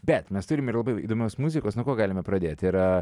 bet mes turime ir labai įdomios muzikos nuo ko galime pradėti yra